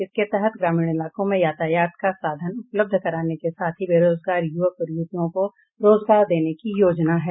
इसके तहत ग्रामीण इलाकों में यातायात का साधन उपलब्ध कराने के साथ ही बेरोजगार युवक और युवतियों को रोजगार देने की योजना है